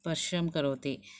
स्पर्शं करोति